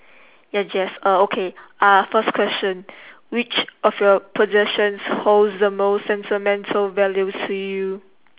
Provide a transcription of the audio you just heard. ya jace uh okay ah first question which of your possessions holds the most sentimental value to you